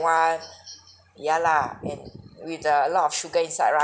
[one] ya lah and with a lot of sugar inside right